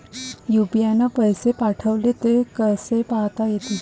UPI न पैसे पाठवले, ते कसे पायता येते?